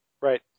Right